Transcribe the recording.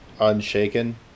unshaken